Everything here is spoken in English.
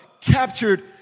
captured